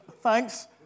Thanks